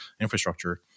infrastructure